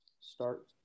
start